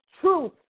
truth